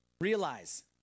Realize